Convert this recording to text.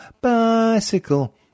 bicycle